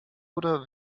oder